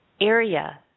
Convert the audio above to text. area